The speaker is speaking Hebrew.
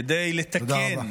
כדי לתקן, תודה רבה.